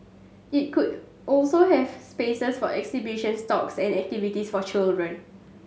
it could also have spaces for exhibitions talks and activities for children